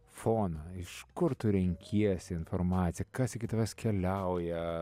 foną iš kur tu renkiesi informaciją kas iki tavęs keliauja